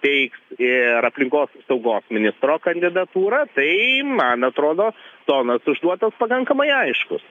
teiks ir aplinkos apsaugos ministro kandidatūrą tai man atrodo tonas užduotas pakankamai aiškus